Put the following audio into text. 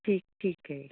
ਠੀਕ ਠੀਕ ਹੈ ਜੀ